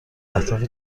اهداف